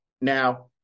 Now